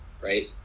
right